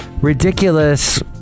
ridiculous